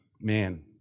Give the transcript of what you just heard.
man